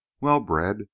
well-bred